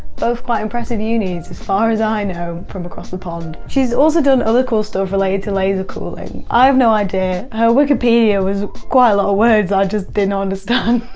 both quite impressive unis as far as i know from across the pond. she's also done other cool stuff related to laser cooling. i have no idea. her wikipedia was quite a lot of words i just didn't understand.